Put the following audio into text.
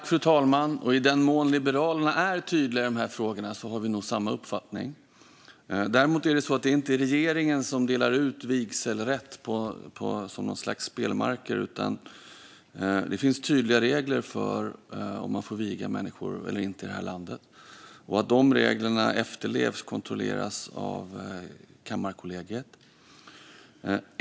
Fru talman! I den mån Liberalerna är tydliga i de här frågorna har vi nog samma uppfattning. Däremot är det inte regeringen som delar ut vigselrätt som något slags spelmarker, utan det finns tydliga regler för om man får viga människor eller inte i det här landet. Det är Kammarkollegiet som kontrollerar att dessa regler efterlevs.